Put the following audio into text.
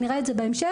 ונראה את זה בהמשך,